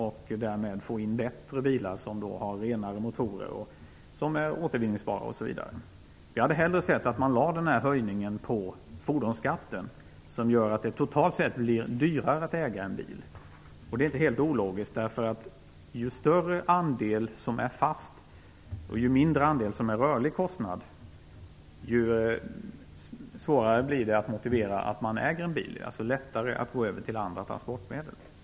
Därmed får man inte ut bättre bilar med renare återvinningsbara motorer. Vi hade hellre sett att man lade denna höjning på fordonsskatten, som gör att det totalt sett blir dyrare att äga en bil. Det är inte helt ologiskt. Ju större andel som är fast kostnad och ju mindre andel som är rörlig kostnad, desto svårare blir det att motivera att man äger en bil. Det är alltså lättare att gå över till andra transportmedel.